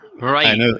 right